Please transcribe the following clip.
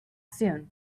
soon